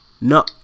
No